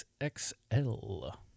XXL